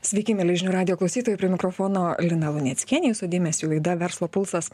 sveiki mieli žinių radijo klausytojai prie mikrofono lina luneckienė jūsų dėmesiui laida verslo pulsas